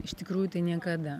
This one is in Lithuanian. iš tikrųjų tai niekada